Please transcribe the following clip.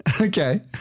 Okay